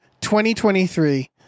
2023